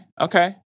Okay